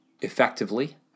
effectively